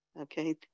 Okay